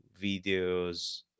videos